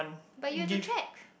but you have to check